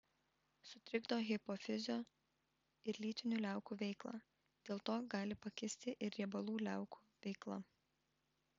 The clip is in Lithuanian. sutrikdo hipofizio ir lytinių liaukų veiklą dėl to gali pakisti ir riebalų liaukų veikla